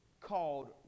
called